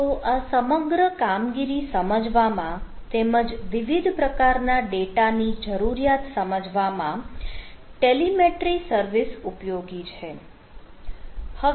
તો આ સમગ્ર કામગીરી સમજવામાં તેમજ વિવિધ પ્રકારના ડેટા ની જરૂરિયાત સમજવામાં ટેલીમેટ્રિ સર્વિસ ઉપયોગી છે